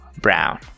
Brown